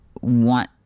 want